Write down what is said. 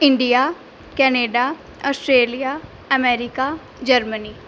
India Canada Australia America Germany